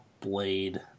blade